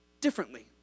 differently